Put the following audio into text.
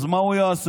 אז מה הוא יעשה?